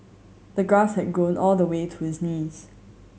the grass had grown all the way to his knees